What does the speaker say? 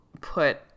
put